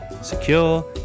secure